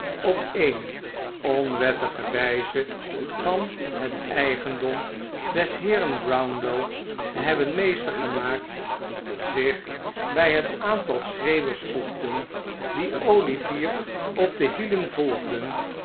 op eene onwettige wijze van het eigendom des heeren brownlow te hebben meester gemaakt zich bij het aantal schreeuwers voegden die olivier op de hielen volgden